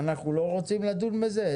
אנחנו לא רוצים לדון בזה?